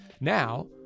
Now